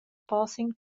passing